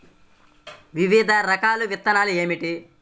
వివిధ రకాల విత్తనాలు ఏమిటి?